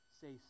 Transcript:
Say